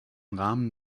rahmen